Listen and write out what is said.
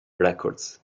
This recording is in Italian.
records